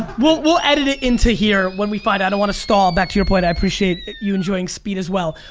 we'll edit it in to here when we find, i don't want to stall back to your point i appreciate you enjoying speed as well.